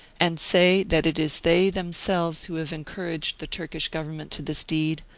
and say that it is they them selves who have encouraged the turkish govern ment to this deed,